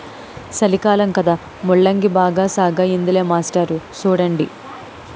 సలికాలం కదా ముల్లంగి బాగా సాగయ్యిందిలే మాస్టారు సూడండి